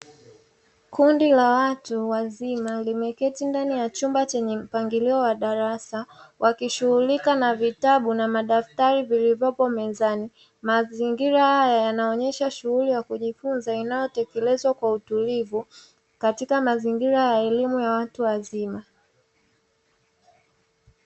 Kundi la watu wazima limeketi ndani ya chumba chenye mpangilio wa darasa, wakishughulika na vitabu na madaftari vilivyopo mezani. Mazingira haya yanaonyesha shughuli ya kujifunza inayotekelezwa kwa utulivu, katika mazingira ya elimu ya watu wazima.